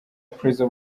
prezzo